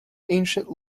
ancient